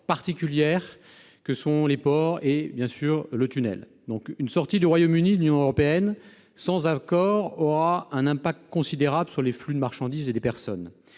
particulières que sont les ports et le tunnel sous la Manche. Une sortie du Royaume-Uni de l'Union européenne sans accord aura un impact considérable sur les flux de marchandises et de personnes.